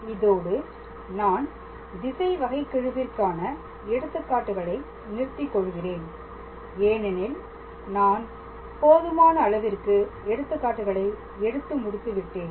இதோடு நான் திசை வகைக்கெழுவிற்கான எடுத்துக்காட்டுகளை நிறுத்திக் கொள்கிறேன் ஏனெனில் நான் போதுமான அளவிற்கு எடுத்துக்காட்டுகளை எடுத்து முடித்து விட்டேன்